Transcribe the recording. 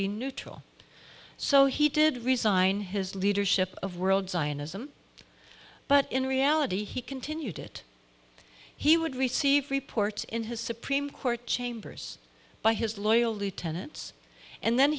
be neutral so he did resign his leadership of world zionism but in reality he continued it he would receive reports in his supreme court chambers by his loyal lieutenants and then